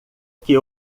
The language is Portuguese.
que